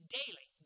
daily